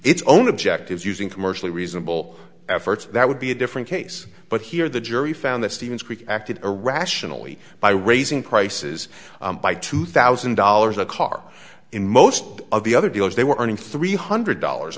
its own objectives using commercially reasonable efforts that would be a different case but here the jury found that stevens creek acted irrationally by raising prices by two thousand dollars a car in most of the other dealers they were earning three hundred dollars